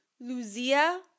Lucia